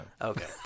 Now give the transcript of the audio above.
Okay